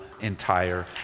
entire